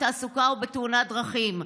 התעסוקה או בתאונות דרכים.